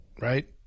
Right